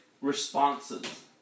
responses